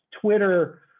Twitter